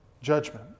judgment